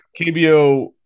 KBO